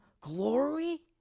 glory